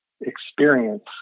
experience